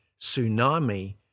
tsunami